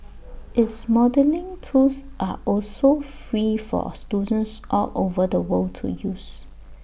its modelling tools are also free for students all over the world to use